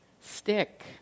stick